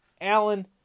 Allen